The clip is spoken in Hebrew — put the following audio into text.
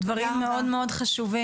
דברים מאוד חשובים.